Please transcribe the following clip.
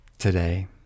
today